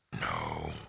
No